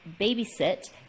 babysit